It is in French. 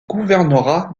gouvernorat